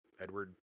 Edward